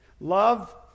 Love